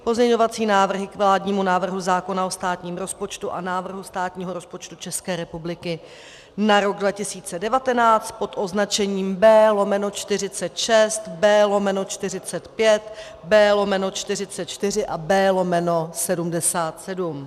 Pozměňovací návrhy k vládnímu návrhu zákona o státním rozpočtu a návrhu státního rozpočtu České republiky na rok 2019 pod označením B/46, B/45, B/44 a B/77.